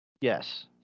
Yes